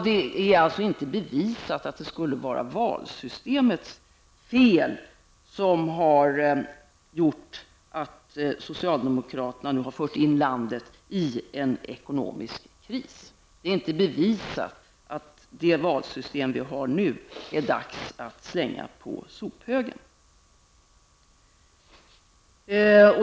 Det är alltså inte bevisat att det skulle vara valsystemets fel att socialdemokraterna har fört in landet i en ekonomisk kris. Det är inte bevisat att det är dags att slänga det valsystem vi har på sophögen.